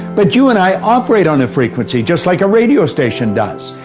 but you and i operate on a frequency, just like a radio station does.